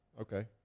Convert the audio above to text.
Okay